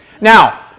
Now